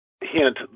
hint